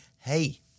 Hey